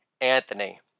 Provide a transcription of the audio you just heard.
Anthony